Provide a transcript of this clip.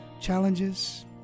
Challenges